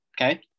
okay